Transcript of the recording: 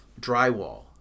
drywall